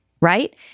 right